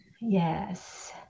Yes